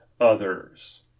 others